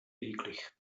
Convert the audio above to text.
eklig